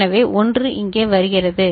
எனவே 1 இங்கே வருகிறது